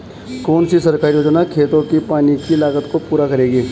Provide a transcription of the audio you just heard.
कौन सी सरकारी योजना खेतों के पानी की लागत को पूरा करेगी?